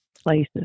places